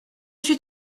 suis